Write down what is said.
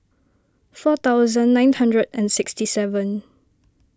four thousand nine hundred and sixty seven